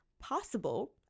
possible